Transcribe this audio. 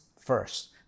first